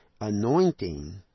anointing